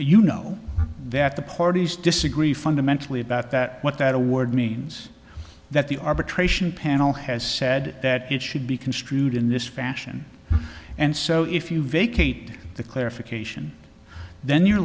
you know that the parties disagree fundamentally about that what that award means that the arbitration panel has said that it should be construed in this fashion and so if you vacate the clarification then you're